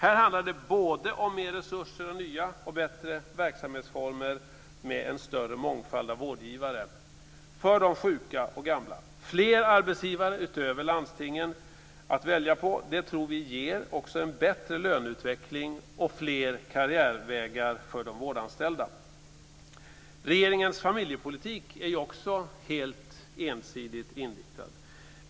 Här handlar det både om mer resurser och nya och bättre verksamhetsformer med en större mångfald av vårdgivare för de sjuka och gamla. Vi tror att fler arbetsgivare, utöver landstingen, att välja på också ger en bättre löneutveckling och fler karriärvägar för de vårdanställda. Regeringens familjepolitik är också helt ensidigt inriktad.